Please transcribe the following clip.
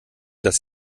dass